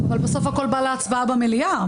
אבל בסוף הכול בא להצבעה במליאה,